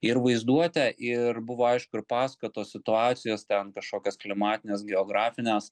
ir vaizduotę ir buvo aišku ir paskatos situacijos ten kažkokios klimatinės geografinės